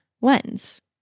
lens